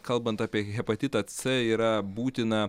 kalbant apie hepatitą c yra būtina